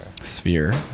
Sphere